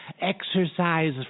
exercise